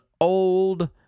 old